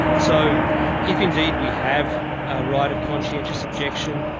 so if indeed we have a right of conscientious objection,